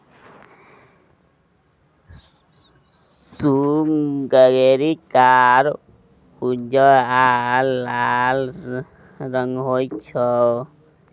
सुग्गरि कार, उज्जर आ लाल रंगक होइ छै